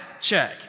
Check